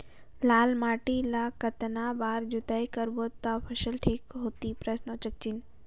लाल माटी ला कतना बार जुताई करबो ता फसल ठीक होती?